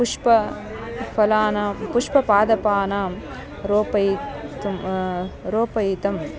पुष्पफलानां पुष्पपादपानां रोपयितुं रोपयितुं